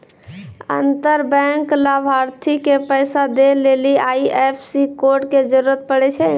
अंतर बैंक लाभार्थी के पैसा दै लेली आई.एफ.एस.सी कोड के जरूरत पड़ै छै